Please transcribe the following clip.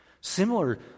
Similar